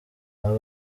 baba